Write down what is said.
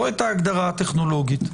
לא את ההגדרה הטכנולוגית.